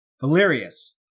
Valerius